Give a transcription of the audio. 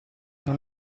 non